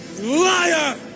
Liar